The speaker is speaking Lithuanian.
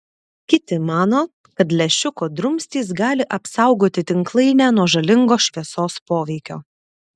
kiti mano kad lęšiuko drumstys gali apsaugoti tinklainę nuo žalingo šviesos poveikio